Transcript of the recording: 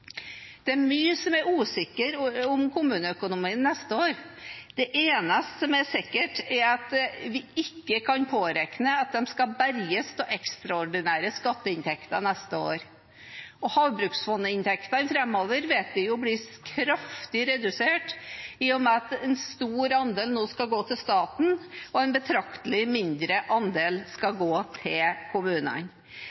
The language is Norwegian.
Mye er usikkert om kommuneøkonomien neste år. Det eneste som er sikkert, er at vi ikke kan påregne at den skal berges av ekstraordinære skatteinntekter neste år. Havbruksfondinntektene framover vet vi blir kraftig redusert, i og med at en stor andel nå skal gå til staten, og en betraktelig mindre andel skal